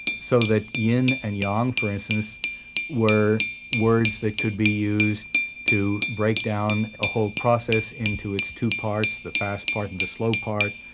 so that yin and yang for instance were words that could be used to break down a whole process into its two parts, the fast part and the slow part,